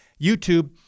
YouTube